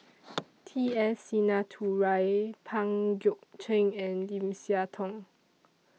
T S Sinnathuray Pang Guek Cheng and Lim Siah Tong